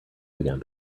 began